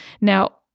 Now